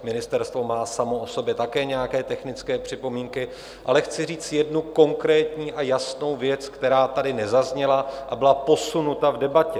Ministerstvo má samo o sobě také nějaké technické připomínky, ale chci říct jednu konkrétní a jasnou věc, která tady nezazněla a byla posunuta v debatě.